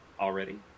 already